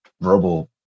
verbal